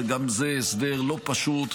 גם זה הסדר לא פשוט,